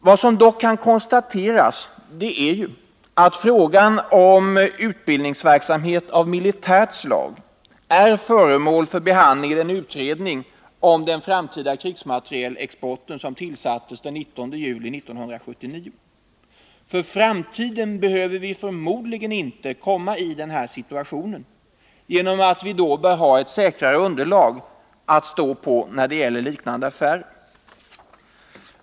Vad som dock kan konstateras är att frågan om utbildningsverksamhet av militärt slag är föremål för behandling i den utredning om den framtida krigsmaterielexporten som tillsattes den 19 juli 1979. I framtiden behöver vi förmodligen inte komma i denna situation, genom att vi då bör ha ett säkrare underlag att stå på när det gäller liknande affärer.